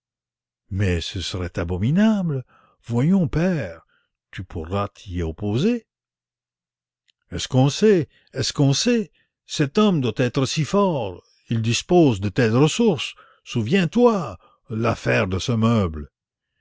mais ce serait abominable voyons père tu pourras t'y opposer est-ce qu'on sait est-ce qu'on sait cet homme doit être si fort il dispose de telles ressources souviens-toi l'affaire de ce meuble